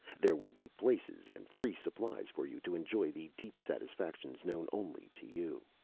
there will be places and free supplies for you to enjoy the deep satisfactions known only to you!